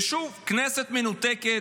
ושוב, כנסת מנותקת,